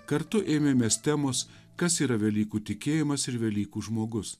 kartu ėmėmės temos kas yra velykų tikėjimas ir velykų žmogus